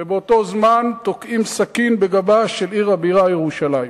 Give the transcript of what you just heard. ובאותו זמן תוקעים סכין בגבה של עיר הבירה ירושלים.